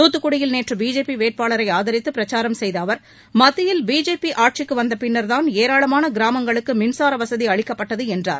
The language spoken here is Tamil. துத்துக்குடியில் நேற்று பிஜேபி வேட்பாளரை ஆதரித்து பிரச்சாரம் செய்த அவர் மத்தியில் பிஜேபி ஆட்சிக்கு வந்த பின்னா்தான் ஏராளமான கிராமங்களுக்கு மின்சார வசதி அளிக்கப்பட்டது என்றார்